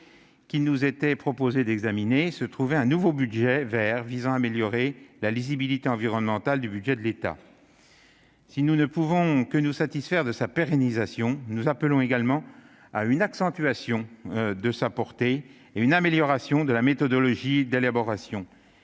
qu'il nous était proposé d'examiner, on trouvait un nouveau budget vert visant à améliorer la lisibilité environnementale du budget de l'État. Si nous ne pouvons que nous satisfaire de sa pérennisation, nous appelons également à une accentuation de sa portée et à une amélioration de la méthodologie de son élaboration